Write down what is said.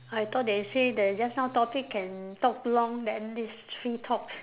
I thought they say the just now topic can talk long then this three talks